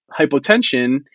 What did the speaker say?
hypotension